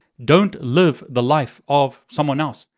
don't live the life of someone else.